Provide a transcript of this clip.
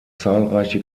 zahlreiche